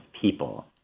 people